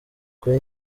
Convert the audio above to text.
kuri